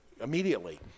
immediately